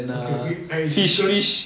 okay if I eat chicken